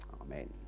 amen